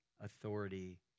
authority